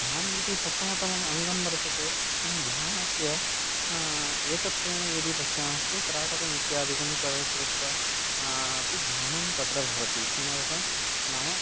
ध्यानमिति सप्तमतमम् अङ्गं वर्तते पुनः ध्यानस्य एकत्वेन यदि पश्यामश्चेत् त्राटकमित्यादिकं कर कृत्वा अपि ध्यानम् तत्र भवति किमर्थं नाम